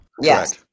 Yes